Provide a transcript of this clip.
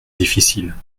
difficile